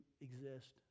exist